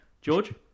George